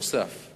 נוסף על